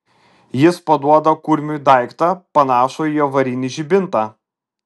jis paduoda kurmiui daiktą panašų į avarinį žibintą